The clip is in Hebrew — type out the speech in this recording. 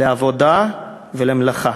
לעבודה ולמלאכה".